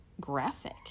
graphic